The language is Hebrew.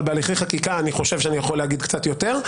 אבל בהליכי חקיקה אני חושב שאני יכול להגיד קצת יותר.